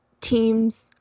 teams